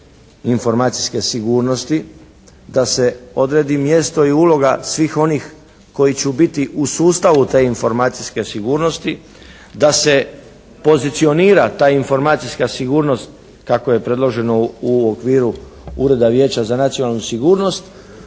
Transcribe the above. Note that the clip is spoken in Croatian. informacijske sigurnosti, da se odredi mjesto i uloga svih onih koji će biti u sustavu te informacijske sigurnosti, da se pozicionira ta informacijska sigurnost kako je predloženo u okviru Ureda vijeća za nacionalnu sigurnost.